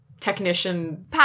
technician